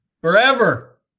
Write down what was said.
forever